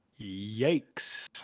Yikes